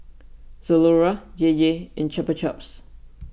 Zalora J J and Chupa Chups